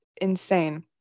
insane